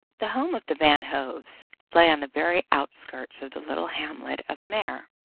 the home of the van hoves lay on the very outskirts of the little hamlet of meer.